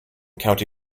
county